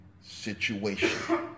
situation